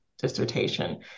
dissertation